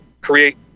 create